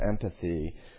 empathy